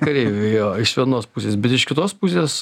kareiviai jo iš vienos pusės bet iš kitos pusės